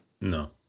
No